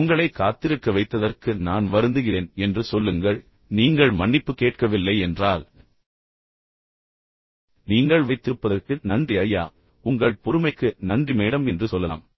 உங்களை காத்திருக்க வைத்ததற்கு நான் வருந்துகிறேன் என்று சொல்லுங்கள் நீங்கள் மன்னிப்பு கேட்கவில்லை என்றால் நன்றி சொல்லுங்கள் நீங்கள் வைத்திருப்பதற்கு நன்றி ஐயா உங்கள் பொறுமைக்கு நன்றி மேடம் என்று சொல்லலாம்